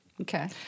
Okay